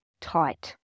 tight